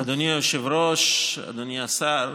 אדוני היושב-ראש, אדוני השר,